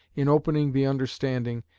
in opening the understanding,